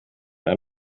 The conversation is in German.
ein